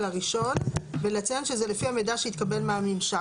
הראשון' ולציין שזה לפי המידע שהתקבל מהממשק,